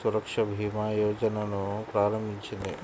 సురక్షభీమాయోజనను ప్రారంభించింది